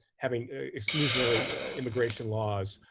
having exclusionary immigration laws,